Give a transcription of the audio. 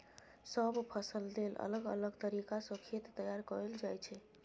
सब फसल लेल अलग अलग तरीका सँ खेत तैयार कएल जाइ छै